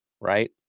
right